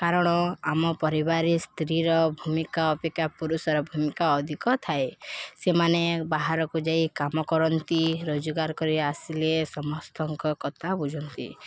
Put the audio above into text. କାରଣ ଆମ ପରିବାରରେ ସ୍ତ୍ରୀର ଭୂମିକା ଅପେକ୍ଷା ପୁରୁଷର ଭୂମିକା ଅଧିକ ଥାଏ ସେମାନେ ବାହାରକୁ ଯାଇ କାମ କରନ୍ତି ରୋଜଗାର କରି ଆସିଲେ ସମସ୍ତଙ୍କ କଥା ବୁଝନ୍ତି